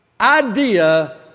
idea